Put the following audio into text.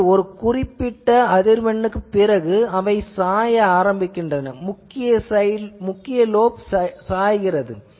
ஆனால் ஒரு குறிப்பிட்ட அதிர்வெண்ணுக்குப் பிறகு அவை சாய ஆரம்பிக்கின்றன முக்கிய லோப் சாய்கிறது